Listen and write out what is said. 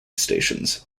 stations